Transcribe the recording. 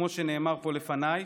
כמו שנאמר פה לפניי,